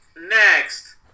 next